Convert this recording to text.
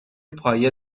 پایه